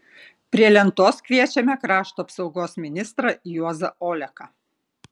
prie lentos kviečiame krašto apsaugos ministrą juozą oleką